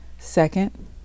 second